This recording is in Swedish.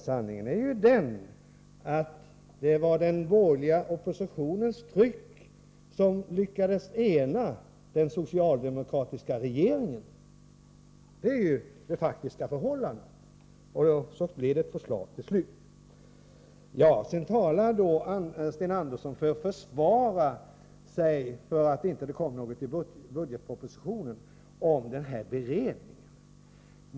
Sanningen är ju att det var den borgerliga oppositionens tryck som lyckades ena den socialdemokratiska regeringen. Så blev det ett förslag till slut. Sedan försöker Sten Andersson försvara att det inte kom något i budgetpropositionen med att tala om den här beredningen.